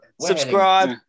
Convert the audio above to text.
subscribe